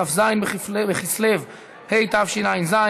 כ"ז בכסלו התשע"ז,